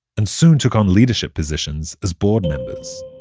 and soon took on leadership positions as board members